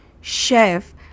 Chef